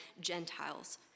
Gentiles